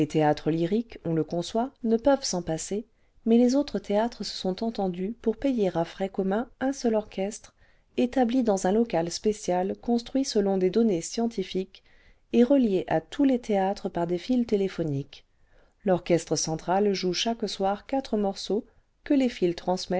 théâtres lyriques on le conçoit ne peuvent s'en passer mais les autres théâtres se sont entendus pour payer à frais communs un seul orchestre établi dans un local spécial construit selon des données scientifiques et relié à tous les théâtres par des fils téléphoniques l'orchestre central joue chaque soir quatre morceaux que les fils